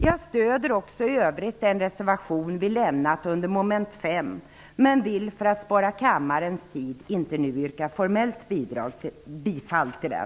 Jag stöder också i övrigt den reservation som vi lämnat under mom. 5 men vill för att spara kammarens tid inte formellt yrka bifall till den.